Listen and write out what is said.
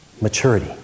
maturity